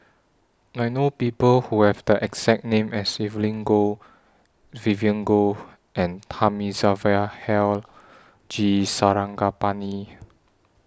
I know People Who Have The exact name as Evelyn Goh Vivien Goh and Thamizhavel Hill G Sarangapani